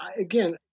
again